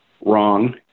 Wrong